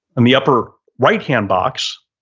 on the upper right-hand box,